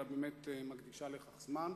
אלא באמת מקדישה לכך זמן.